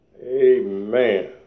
Amen